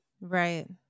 Right